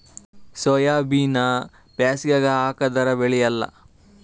ಸೋಯಾಬಿನ ಬ್ಯಾಸಗ್ಯಾಗ ಹಾಕದರ ಬೆಳಿಯಲ್ಲಾ?